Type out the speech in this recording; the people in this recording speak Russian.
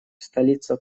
столица